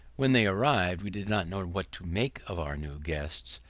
when they arrived we did not know what to make of our new guests,